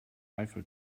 eiffel